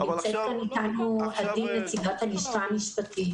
נמצאת אתנו נציגת הלשכה המשפטית